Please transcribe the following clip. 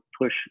push